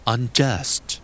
unjust